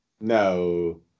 No